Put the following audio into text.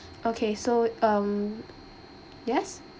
okay so um yes